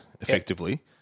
effectively